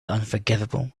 unforgivable